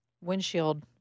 windshield